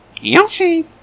Yoshi